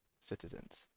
citizens